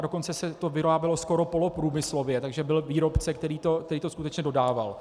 Dokonce se to vyrábělo skoro poloprůmyslově, takže byl výrobce, který to skutečně dodával.